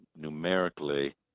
numerically